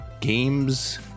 games